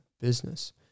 business